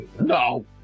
No